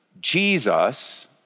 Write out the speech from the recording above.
Jesus